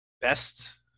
best